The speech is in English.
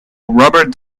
robert